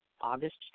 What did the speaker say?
August